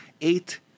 eight